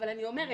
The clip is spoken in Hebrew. אבל אני אומרת,